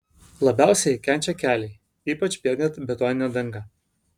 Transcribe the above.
labiausiai kenčia keliai ypač bėgant betonine danga